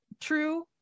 true